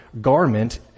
garment